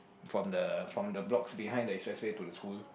from the from the blocks behind the expressway to the school